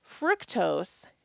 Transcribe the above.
Fructose